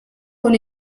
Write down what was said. con